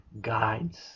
guides